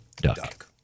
Duck